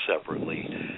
separately